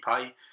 pay